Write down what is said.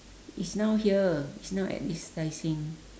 it's now here it's now at this tai seng